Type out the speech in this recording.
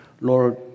Lord